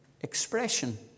expression